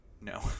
No